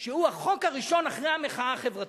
שהוא החוק הראשון אחרי המחאה החברתית,